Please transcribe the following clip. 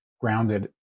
grounded